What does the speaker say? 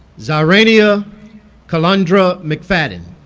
xi'rhenia keilandra mcfadden